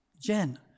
Jen